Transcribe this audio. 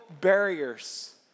barriers